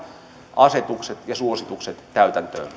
asetukset ja suositukset täytäntöön